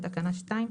בתקנה 2,